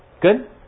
Good